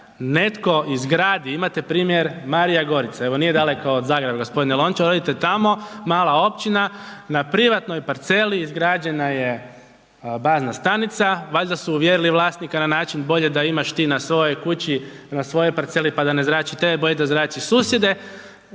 Netko izgradi, imate primjer Marije Gorice, evo nije daleko od Zagreba, g. Lončar, odite tamo, mala općina na privatnoj parceli izgrađena je bazna stanica. Valjda su uvjerili vlasnika na način bolje da imaš ti na svojoj kući, na svojoj parceli pa da ne zrači tebe, bolje da zrači susjede